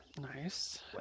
Nice